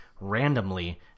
randomly